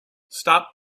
stop